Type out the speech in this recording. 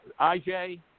IJ